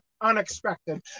unexpected